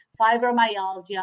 fibromyalgia